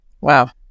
Wow